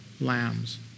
lambs